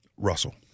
Russell